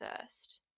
first